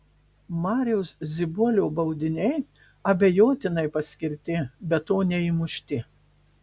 mariaus zibolio baudiniai abejotinai paskirti be to neįmušti